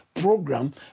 program